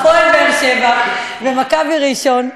"הפועל באר-שבע" ו"מכבי ראשון"